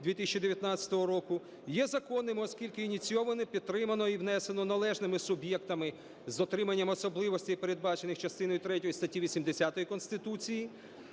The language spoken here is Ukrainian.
2019 року, є законними, оскільки ініційовано, підтримано і внесено належними суб'єктами з отриманням особливостей, передбачених частиною третьою статті 80 Конституції,